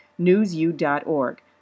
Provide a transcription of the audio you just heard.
Newsu.org